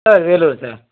sir Vellore sir